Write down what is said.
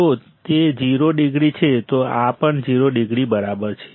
જો તે 0 ડિગ્રી છે તો આ પણ 0 ડિગ્રી બરાબર છે